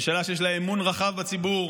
זו ממשלה שיש לה אמון רחב בציבור,